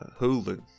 Hulu